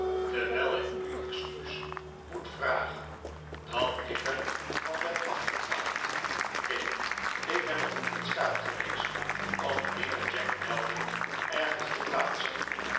terwijl ik u excuus moet vragen dat ik er van ben afgedwaald neen ik ben nog niet in staat geweest om mijnheer jack maldon ergens te plaatsen